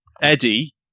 Eddie